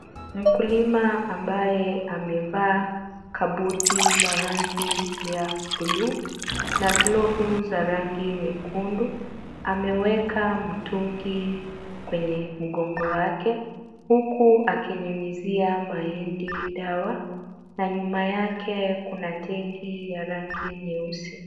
Mkulima ambaye amevaa Kabuti la rangi ya buluu na glovu za rangi nyekundu, ameweka mtungi kwenye mgongo wake huku akinyunyizia mahindi dawa na nyuma yake kuna tengi ya rangi nyeusi.